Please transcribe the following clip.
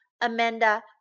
Amanda